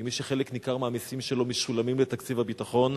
כמי שחלק ניכר מהמסים שלו משולמים לתקציב הביטחון,